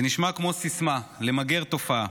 זה נשמע כמו סיסמה, למגר תופעה,